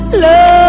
love